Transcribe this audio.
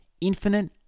infinite